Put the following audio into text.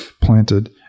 planted